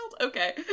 Okay